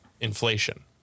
inflation